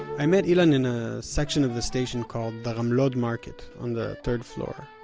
i met ilan in a section of the station called the ramlod market, on the third floor.